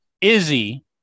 Izzy